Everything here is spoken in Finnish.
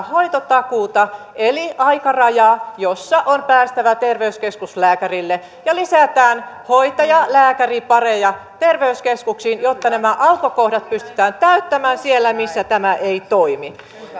hoitotakuuta eli aikarajaa jossa on päästävä terveyskeskuslääkärille ja lisätä hoitaja lääkäri pareja terveyskeskuksiin jotta nämä aukkokohdat pystytään täyttämään siellä missä tämä ei toimi